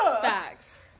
Facts